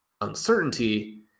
uncertainty